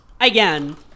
again